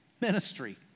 Ministry